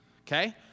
Okay